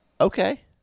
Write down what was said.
okay